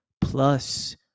plus